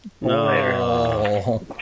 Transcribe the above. No